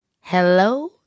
Hello